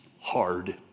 hard